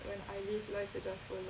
when I live life with the flows